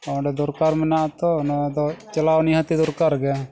ᱚᱸᱰᱮ ᱫᱚᱨᱠᱟᱨ ᱢᱮᱱᱟᱜᱼᱟ ᱛᱳ ᱱᱚᱣᱟ ᱫᱚ ᱪᱟᱞᱟᱣ ᱱᱤᱦᱟᱹᱛᱜᱮ ᱫᱚᱨᱠᱟᱨ ᱜᱮ